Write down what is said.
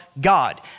God